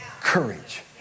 courage